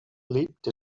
leapt